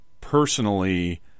personally